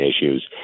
issues